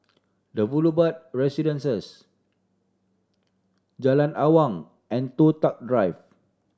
The Boulevard Residence Jalan Awang and Toh Tuck Drive